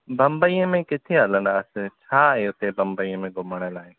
बम्बईअ में किथे हलंदासीं छा आहे हुते बम्बईअ में घुमण लाइ